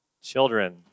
Children